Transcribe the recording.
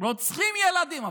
ורוצחות ילדים.